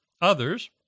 Others